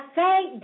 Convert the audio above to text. thank